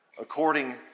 According